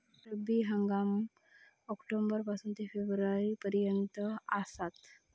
रब्बी हंगाम ऑक्टोबर पासून ते फेब्रुवारी पर्यंत आसात